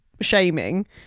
shaming